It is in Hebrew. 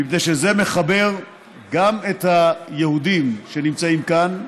מפני שזה מחבר גם את היהודים שנמצאים כאן,